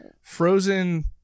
Frozen